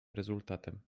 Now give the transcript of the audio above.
rezultatem